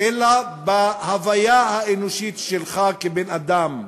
אלא בהוויה האנושית שלך כבן-אדם,